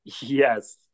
Yes